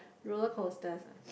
rollercoasters ah